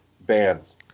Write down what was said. bands